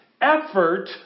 effort